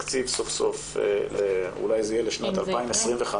תקציב סוף-סוף אולי זה יהיה לשנת 2025,